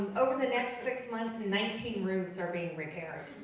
over the next six months, nineteen roofs are being repaired.